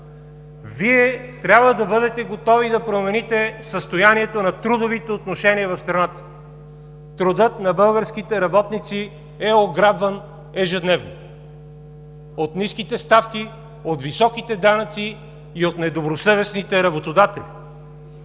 Вие трябва да бъдете готови да промените състоянието на трудовите отношения в страната – трудът на българските работници е ограбван ежедневно от ниските ставки, от високите данъци и от недобросъвестните работодатели.